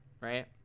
right